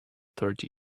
thirty